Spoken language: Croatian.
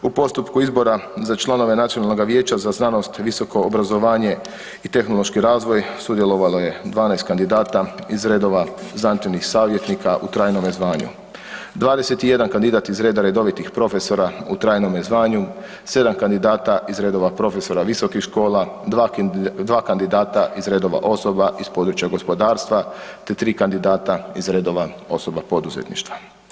U postupku izbora za članove Nacionalnoga vijeća za znanost, visoko obrazovanje i tehnološki razvoj sudjelovalo je 12 kandidata iz redova znanstvenih savjetnika u trajnome zvanju, 21 kandidat iz reda redovitih profesora u trajnome zvanju, 7 kandidata iz redova profesora visokih škola, 2 kandidata iz redova osoba iz područja gospodarstva te 3 kandidata iz redova osoba poduzetništva.